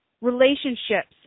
relationships